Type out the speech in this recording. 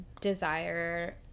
desire